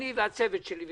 אני והצוות שלי,